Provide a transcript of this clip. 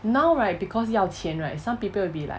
now right because 要钱 right some people will be like